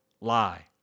lie